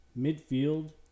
midfield